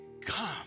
come